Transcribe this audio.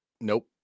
nope